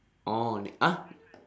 oh ne~ !huh!